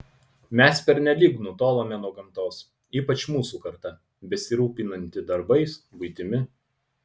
mes pernelyg nutolome nuo gamtos ypač mūsų karta besirūpinanti darbais buitimi